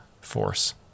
force